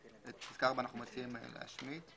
את פסקה (4) אנו מציעים להשמיט.